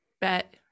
Bet